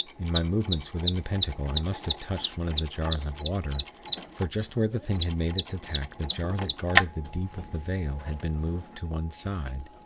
in my movements within the pentacle i must have touched one of the jars of water for just where the thing had made its attack the jar that guarded the deep of the vale had been moved to one side,